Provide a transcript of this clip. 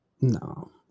No